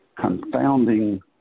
confounding